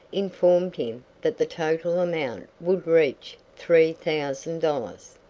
informed him that the total amount would reach three thousand dollars.